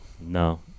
No